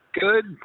Good